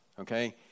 Okay